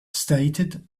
stated